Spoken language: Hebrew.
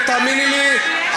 ותאמיני לי,